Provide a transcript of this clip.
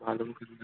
معلوم کرنا